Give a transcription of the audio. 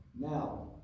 Now